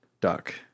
duck